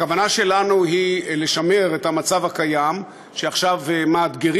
הכוונה שלנו היא לשמר את המצב הקיים שעכשיו מאתגרים,